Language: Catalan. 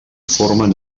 formen